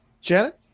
Janet